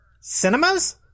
Cinemas